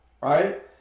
right